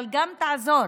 אבל תעזור